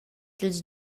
dils